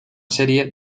serie